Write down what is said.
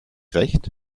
recht